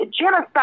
genocide